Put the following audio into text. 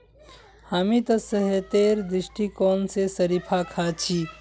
हामी त सेहतेर दृष्टिकोण स शरीफा खा छि